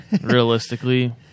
realistically